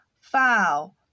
foul